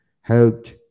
helped